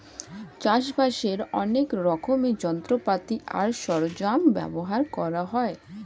চাষবাসের অনেক রকমের যন্ত্রপাতি আর সরঞ্জাম ব্যবহার করা হয়